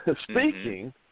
Speaking